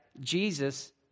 jesus